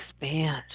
expand